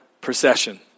procession